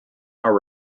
are